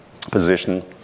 position